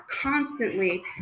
constantly